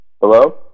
Hello